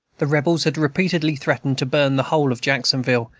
the rebels had repeatedly threatened to burn the whole of jacksonville,